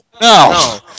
No